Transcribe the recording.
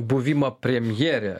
buvimą premjere